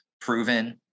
proven